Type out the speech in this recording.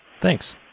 Thanks